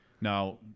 Now